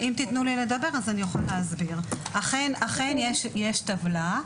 אכן יש טבלה,